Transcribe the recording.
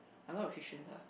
a lot of restrictions ah